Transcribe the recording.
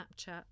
Snapchat